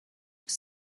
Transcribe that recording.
was